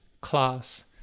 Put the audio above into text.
class